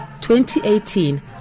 2018